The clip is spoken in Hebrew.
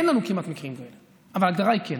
אין לנו כמעט מקרים כאלה, אבל ההגדרה היא: כן.